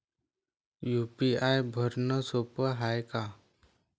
UPI भरनं सोप हाय का?